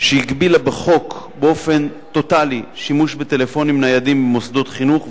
שהגבילה בחוק באופן טוטלי שימוש בטלפונים ניידים במוסדות חינוך,